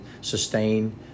sustain